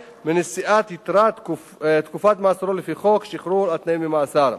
מנשיאת יתרת תקופת מאסרו לפי חוק שחרור על-תנאי ממאסר.